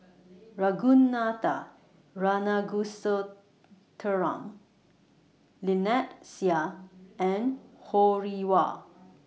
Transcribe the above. Ragunathar Kanagasuntheram Lynnette Seah and Ho Rih Hwa